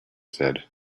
said